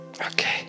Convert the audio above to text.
Okay